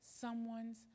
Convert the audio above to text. someone's